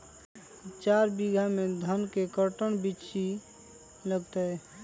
चार बीघा में धन के कर्टन बिच्ची लगतै?